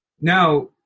Now